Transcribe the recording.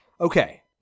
Okay